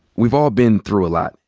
we've all been through a lot.